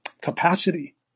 capacity